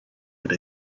with